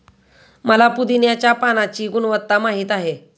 मला पुदीन्याच्या पाण्याची गुणवत्ता माहित आहे